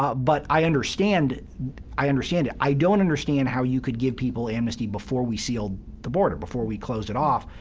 but but i understand i understand it. i don't understand how you could give people amnesty before we sealed the border, before we closed it off,